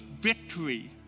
victory